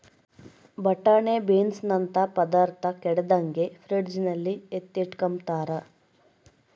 ಬಟಾಣೆ ಬೀನ್ಸನಂತ ಪದಾರ್ಥ ಕೆಡದಂಗೆ ಫ್ರಿಡ್ಜಲ್ಲಿ ಎತ್ತಿಟ್ಕಂಬ್ತಾರ